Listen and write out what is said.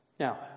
Now